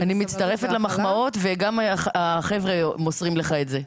אני מצטרפת למחמאות וגם החבר'ה מוסרים לך את זה.